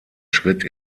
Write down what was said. schritt